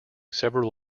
several